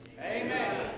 Amen